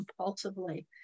compulsively